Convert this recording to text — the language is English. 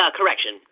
Correction